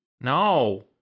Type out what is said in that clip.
no